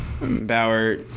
Bauer